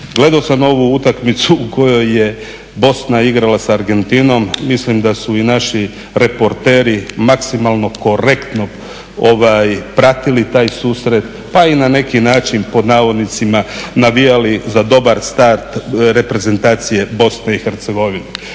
Gledao sam ovu utakmicu u kojoj je Bosna igrala s Argentinom, mislim da su i naši reporteri maksimalno korektno pratili taj susret, pa i na neki način "navijali za dobar start reprezentacije Bosne i Hercegovine"